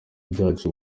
byacu